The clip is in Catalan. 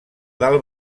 del